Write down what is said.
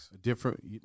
different